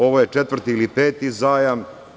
Ovo je četvrti ili peti zajam.